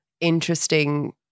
interesting